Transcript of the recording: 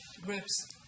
groups